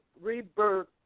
rebirth